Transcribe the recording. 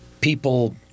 People